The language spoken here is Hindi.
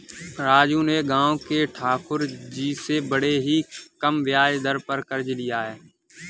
राजू ने गांव के ठाकुर जी से बड़े ही कम ब्याज दर पर कर्ज लिया